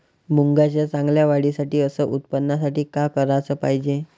मुंगाच्या चांगल्या वाढीसाठी अस उत्पन्नासाठी का कराच पायजे?